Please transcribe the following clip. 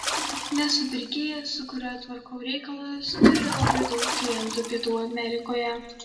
nes supirkėjas su kuriuo tvarkau reikalus turi labai daug klientų pietų amerikoje